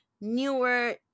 newer